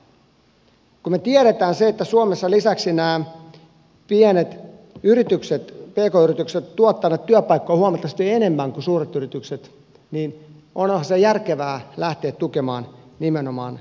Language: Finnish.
kun me tiedämme sen että suomessa lisäksi nämä pk yritykset ovat tuottaneet työpaikkoja huomattavasti enemmän kuin suuret yritykset niin onhan se järkevää lähteä tukemaan nimenomaan pk yrityksiä